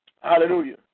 Hallelujah